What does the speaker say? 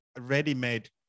ready-made